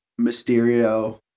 Mysterio